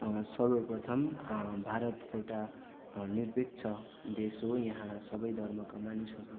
सर्वप्रथम भारत एउटा निर्विक्ष देश हो यहाँ सबै धर्मका मानिसहरू